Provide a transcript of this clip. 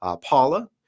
Paula